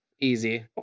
easy